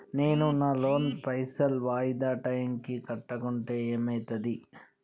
నేను నా లోన్ పైసల్ వాయిదా టైం కి కట్టకుంటే ఏమైతది?